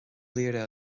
laoire